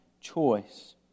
choice